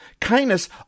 Kindness